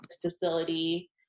facility